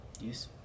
Yes